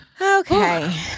Okay